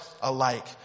alike